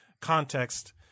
context